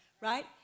right